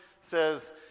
says